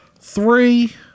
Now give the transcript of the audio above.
three